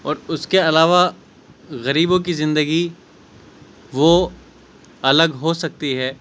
اور اس کے علاوہ غریبوں کی زندگی وہ الگ ہو سکتی ہے